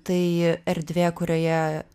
tai erdvė kurioje